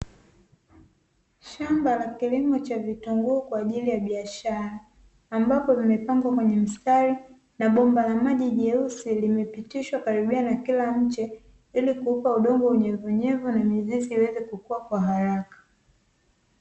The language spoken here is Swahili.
Shamba la kilimo cha vitunguu kwa ajili ya biashara, ambapo vimepangwa kwenye mstari na bomba la maji jeusi limepitishwa karibia na kila mche, ili kuupa udongo unyevuunyevu na mizizi iweze kukua kwa haraka.